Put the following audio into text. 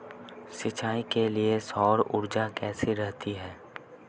सिंचाई के लिए सौर ऊर्जा कैसी रहती है?